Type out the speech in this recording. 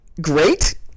Great